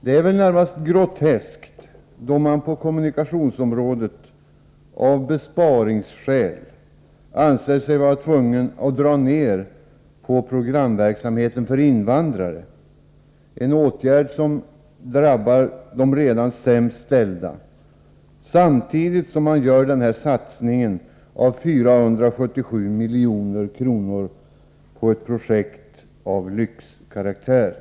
Det är närmast groteskt då man på kommunikationsområdet av besparingsskäl anser sig vara tvungen att dra ned på programverksamheten för invandrare — en åtgärd som drabbar de redan sämst ställda — samtidigt som man gör denna satsning av 477 milj.kr. på ett projekt av lyxkaraktär.